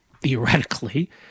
theoretically